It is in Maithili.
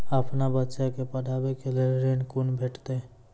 अपन बच्चा के पढाबै के लेल ऋण कुना भेंटते?